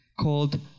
called